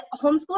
homeschool